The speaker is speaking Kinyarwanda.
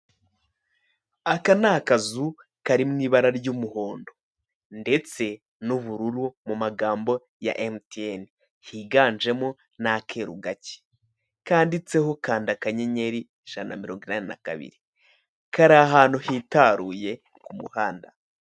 Aka ni akazu kari mu ibara ry'umuhondo. Ndetse n'ubururu mu magambo ya emutiyeni ndetse n'akeru gake kanditseho kanda akanyenyeri ijana na mirongo inani na kabiri, kari ahantu hitaruye ku muhanda.